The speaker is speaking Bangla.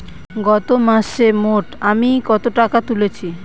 গত মাসে মোট আমি কত টাকা তুলেছি?